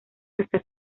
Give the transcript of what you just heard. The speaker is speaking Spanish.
hasta